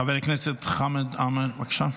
חבר הכנסת חמד עמאר, בבקשה.